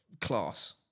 Class